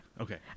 okay